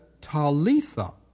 Talitha